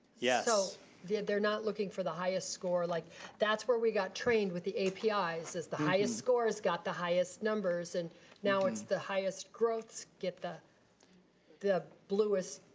yeah so they're not looking for the highest score. like that's where we got trained with the apis is is the highest scores got the highest numbers and now it's the highest growths get the the bluest